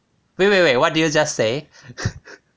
wait wait wait what did you just say